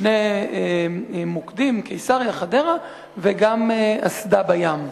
שני מוקדים, קיסריה, חדרה, וגם אסדה בים.